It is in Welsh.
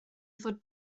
ddod